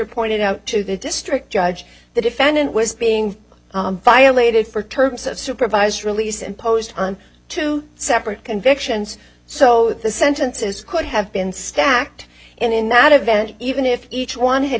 pointed out to the district judge the defendant was being violated for terms of supervised release imposed on two separate convictions so the sentences could have been stacked and in that event even if each one had